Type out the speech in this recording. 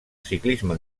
ciclisme